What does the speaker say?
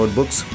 books